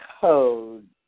code